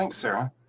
um sarah.